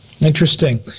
Interesting